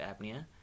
apnea